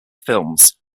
films